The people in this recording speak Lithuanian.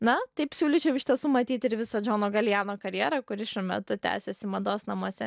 na taip siūlyčiau iš tiesų matyti ir visa džono galijano karjerą kuri šiuo metu tęsiasi mados namuose